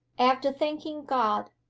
after thanking god,